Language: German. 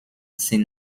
sind